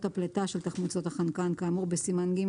הפליטה של תחמוצות החנקן (NOX) כאמור בסימן ג',